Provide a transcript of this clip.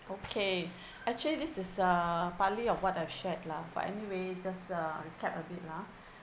okay actually this is uh partly of what I've shared lah but anyway just uh recap a bit lah